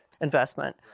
investment